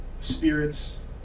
spirits